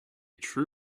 true